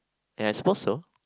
ya I suppose so